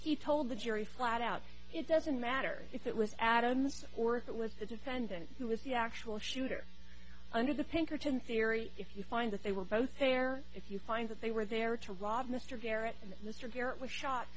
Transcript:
he told the jury flat out it doesn't matter if it was adam's or if it was the defendant who was the actual shooter under the pinkerton theory if you find that they were both there if you find that they were there to rob mr